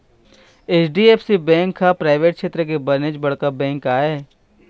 HDFC bank ह private छेत्र के बनेच बड़का बेंक आय